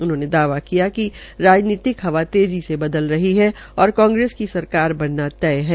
उन्होंने दावा किया कि राजनीतिक हवा तेज़ी से बदल रही है और कांग्रेस की सरकार बनना तय है